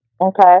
Okay